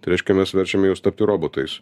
tai reiškia mes verčiame juos tapti robotais